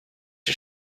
are